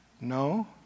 no